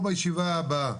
או בישיבה הבאה.